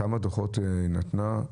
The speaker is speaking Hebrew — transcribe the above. כמה דוחות היא נתנה?